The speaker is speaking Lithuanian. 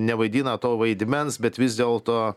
nevaidina to vaidmens bet vis dėlto